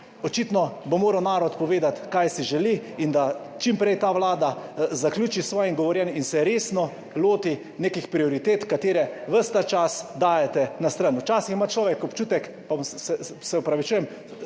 Očitno bo moral narod povedati, kaj si želi, da čim prej ta vlada zaključi s svojim govorjenjem in se resno loti nekih prioritet, ki jih ves ta čas dajete na stran. Včasih ima človek občutek, pa se opravičujem,